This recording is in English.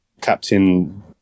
captain